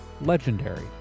legendary